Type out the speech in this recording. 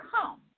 come